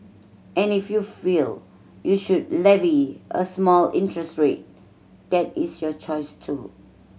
and if you feel you should levy a small interest rate that is your choice too